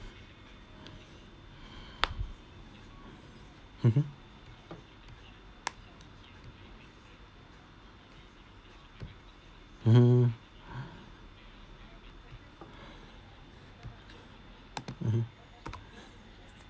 mmhmm hmm mmhmm